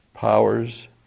powers